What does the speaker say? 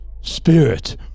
spirit